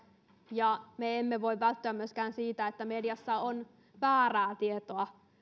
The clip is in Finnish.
ja me emme voi välttyä myöskään siltä että mediassa on väärää tietoa